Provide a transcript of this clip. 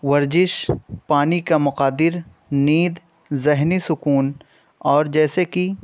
ورزش پانی کا مقدار نیند ذہنی سکون اور جیسے کہ